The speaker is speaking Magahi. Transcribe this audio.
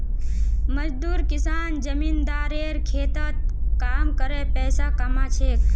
मजदूर किसान जमींदारेर खेतत काम करे पैसा कमा छेक